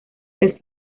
las